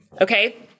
Okay